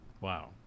wow